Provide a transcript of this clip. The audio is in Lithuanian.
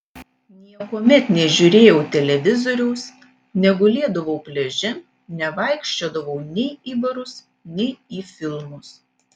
niekuomet nežiūrėjau televizoriaus negulėdavau pliaže nevaikščiodavau nei į barus nei į filmus